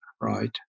right